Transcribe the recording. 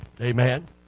Amen